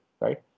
right